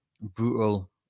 brutal